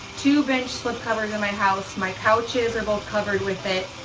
two bench slip covers in my house, my couches are both covered with it,